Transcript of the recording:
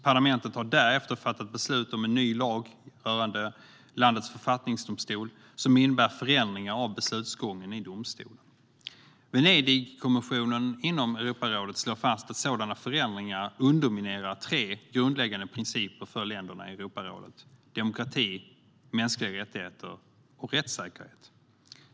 Parlamentet har därefter fattat beslut om en ny lag rörande landets författningsdomstol som innebär förändringar av beslutsgången i domstolen. Venedigkommissionen inom Europarådet slår fast att sådana förändringar underminerar tre grundläggande principer för länderna i Europarådet: demokrati, mänskliga rättigheter och rättssäkerhet.